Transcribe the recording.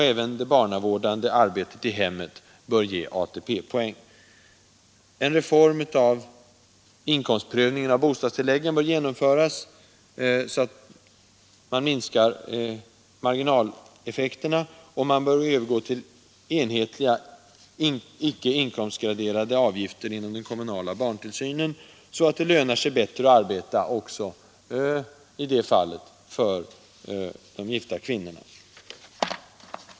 Även det barnavårdande arbetet i hemmet bör ge ATP-poäng. En reform av inkomstprövningen av bostadstilläggen bör genomföras, så att man minskar marginaleffekterna. Man bör övergå till enhetliga, icke inkomstgraderade avgifter inom den kommunala barntillsynen, så att det också i det fallet lönar sig bättre att arbeta för de gifta kvinnorna.